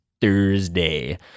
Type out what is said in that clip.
Thursday